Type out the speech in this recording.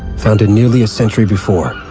founded nearly a century before,